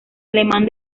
alemán